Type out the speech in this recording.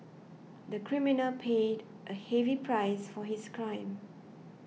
the criminal paid a heavy price for his crime